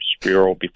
Bureau